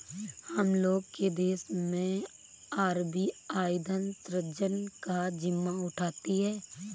हम लोग के देश मैं आर.बी.आई धन सृजन का जिम्मा उठाती है